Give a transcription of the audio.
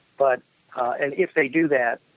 but and if they do that,